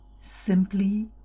simply